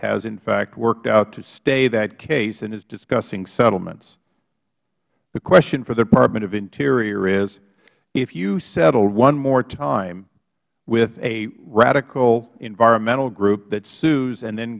has in fact worked out to stay that case and is discussing settlements the question for department of interior is if you settle one more time with a radical environmental group that sues and then